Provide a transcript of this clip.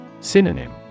Synonym